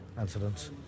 incidents